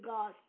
God